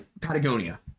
Patagonia